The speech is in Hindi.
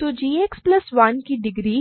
तो g X प्लस 1 की डिग्री